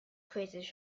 cruises